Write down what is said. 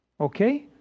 Okay